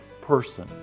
person